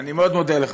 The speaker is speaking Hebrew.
אני מאוד מודה לך.